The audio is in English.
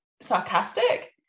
sarcastic